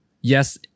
yes